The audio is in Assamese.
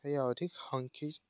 সেইয়া অধিক সাংখিক